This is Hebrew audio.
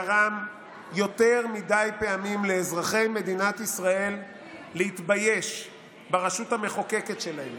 גרם יותר מדי פעמים לאזרחי מדינת ישראל להתבייש ברשות המחוקקת שלהם